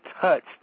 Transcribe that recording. touched